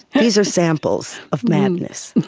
these are samples of madness.